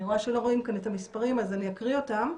אני רואה שלא רואים את המספרים אז אני אקריא אותם,